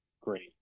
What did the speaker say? Great